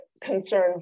concern